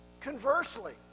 Conversely